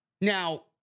Now